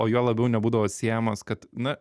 o juo labiau nebūdavo siejamos kad na